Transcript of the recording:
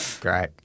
Great